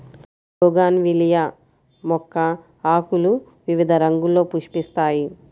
bougainvillea మొక్క ఆకులు వివిధ రంగుల్లో పుష్పిస్తాయి